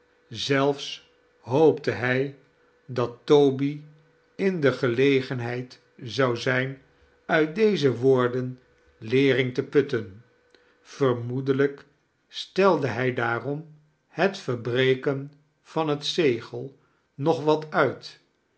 zelfs hoopte hij dat toby in de gelegenheid zou zijn uit deze woorden leering te putte n vermoedelijk stelde hij daarorn het verbreken van het zegel nog wat uit